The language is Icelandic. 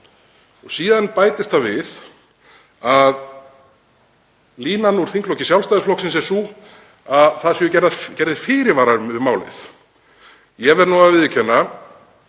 Síðan bætist það við að línan úr þingflokki Sjálfstæðisflokksins er sú að það séu gerðir fyrirvarar við málið. Ég verð að viðurkenna